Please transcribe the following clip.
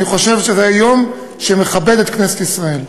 אני חושב שזה היה יום שמכבד את כנסת ישראל.